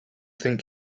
think